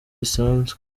bisanzwe